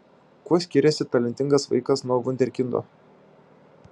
kuo skiriasi talentingas vaikas nuo vunderkindo